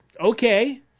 Okay